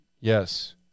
Yes